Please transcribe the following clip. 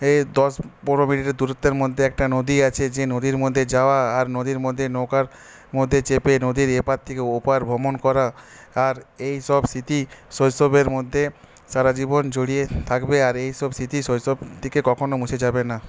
দশ পনেরো মিনিটের দূরত্বের মধ্যে একটা নদী আছে যে নদীর মধ্যে যাওয়া আর নদীর মধ্যে নৌকার মধ্যে চেপে নদীর এপার থেকে ওপার ভ্রমণ করা আর এইসব স্মৃতি শৈশবের মধ্যে সারাজীবন জড়িয়ে থাকবে আর এইসব স্মৃতি শৈশব থেকে কখনও মুছে যাবে না